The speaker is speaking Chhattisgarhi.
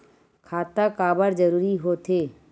खाता काबर जरूरी हो थे?